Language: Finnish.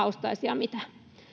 ostaisi ja mitä